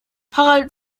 harald